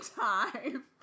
time